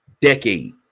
decade